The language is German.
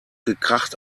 gekracht